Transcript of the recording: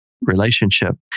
relationship